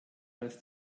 als